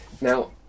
now